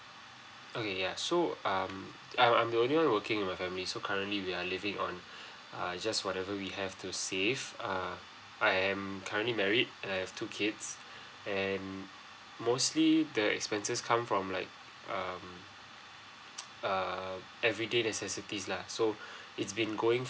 okay ya so um I'm I'm the only one working in my family so currently we are living on uh just whatever we have to save uh I'm currently married and I have two kids and mostly the expenses come from like um err everyday necessities lah so it's been going